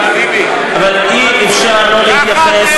אבל אי-אפשר לא להתייחס,